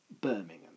Birmingham